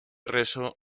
rezo